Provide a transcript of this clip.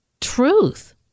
truth